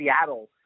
Seattle